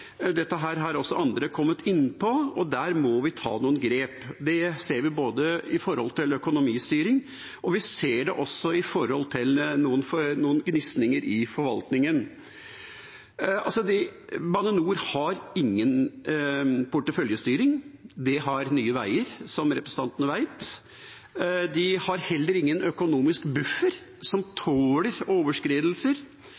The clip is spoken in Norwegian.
har også andre kommet inn på. Der må vi ta noen grep. Det ser vi med tanke på både økonomistyring og noen gnisninger i forvaltningen. Bane NOR har ingen porteføljestyring – det har Nye Veier, som representantene vet. De har heller ingen økonomisk buffer som